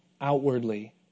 outwardly